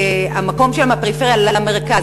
המקום שלהם בפריפריה למרכז,